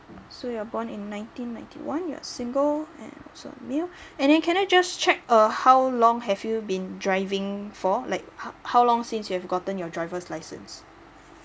so you're born in nineteen ninety one you are single and also male and then can I just check uh how long have you been driving for like how how long since you've gotten your driver's license